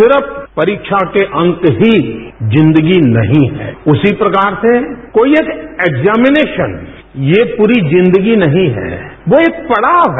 सिर्फ परीक्षा के अंक ही जिंदगी नहीं है उसी प्रकार से कोई एक एक्जामिनेशन ये पूरी जिंदगी नहीं है वो एक पड़ाव है